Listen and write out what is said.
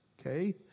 okay